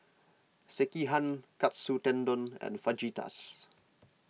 Sekihan Katsu Tendon and Fajitas